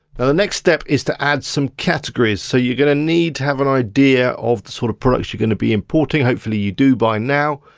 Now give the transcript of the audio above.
the the next step is to add some categories, so you're gonna need to have an idea of the sort of products you're gonna be importing, hopefully you do by now.